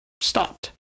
stopped